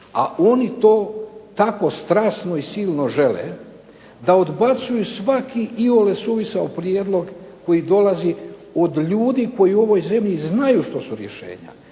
a oni to tako strasno i silno žele da odbacuju svaki iole suvisao prijedlog koji dolazi od ljudi koji u ovoj zemlji znaju što su rješenja